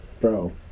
bro